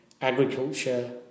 agriculture